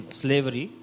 slavery